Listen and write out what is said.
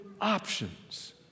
options